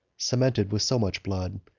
cemented with so much blood,